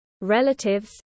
relatives